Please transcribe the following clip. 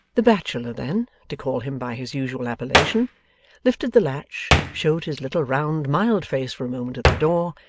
the bachelor, then to call him by his usual appellation lifted the latch, showed his little round mild face for a moment at the door,